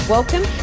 Welcome